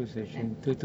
two times